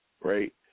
right